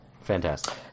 Fantastic